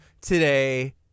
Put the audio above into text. today